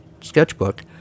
sketchbook